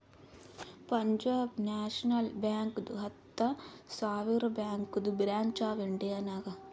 Punjab national ಬ್ಯಾಂಕ್ದು ಹತ್ತ ಸಾವಿರ ಬ್ಯಾಂಕದು ಬ್ರ್ಯಾಂಚ್ ಅವಾ ಇಂಡಿಯಾ ನಾಗ್